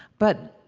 but,